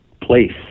place